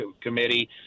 committee